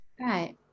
Right